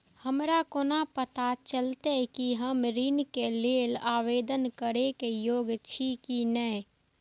हमरा कोना पताा चलते कि हम ऋण के लेल आवेदन करे के योग्य छी की ने?